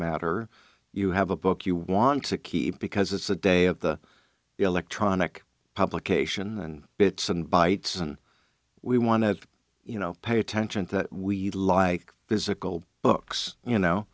matter you have a book you want to keep because it's the day of the electronic publication bits and bytes and we want to you know pay attention that we like physical books you know